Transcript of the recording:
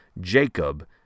Jacob